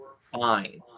fine